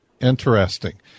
Interesting